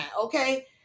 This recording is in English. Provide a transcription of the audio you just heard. okay